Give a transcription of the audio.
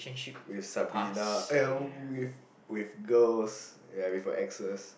with Sabrina uh with girls ya with your exes